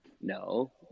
No